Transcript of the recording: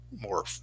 more